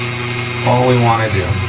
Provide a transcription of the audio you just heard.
all we wanna do.